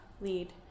lead